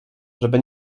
żeby